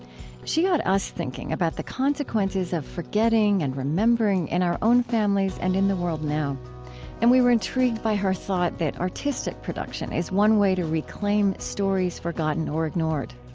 she got us thinking about the consequences of forgetting and remembering in our own families and in the world now and we were intrigued by her thought that artistic production is one way to reclaim stories forgotten or ignored.